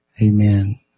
Amen